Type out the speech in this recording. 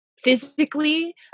physically